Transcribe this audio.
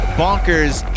bonkers